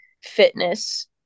fitness